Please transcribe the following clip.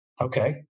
okay